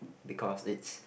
because it's